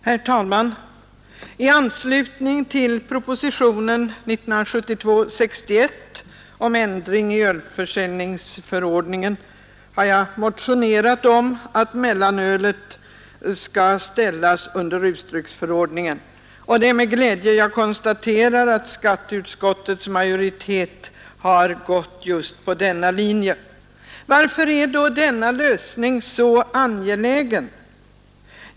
Herr talman! I anslutning till propositionen 1972:61 om ändring i ölförsäljningsförordningen har jag motionerat om att mellanölet skall ställas under rusdrycksförordningen, och det är med glädje jag konstaterar att utskottets majoritet har gått just på denna linje. Varför är då denna lösning så angelägen?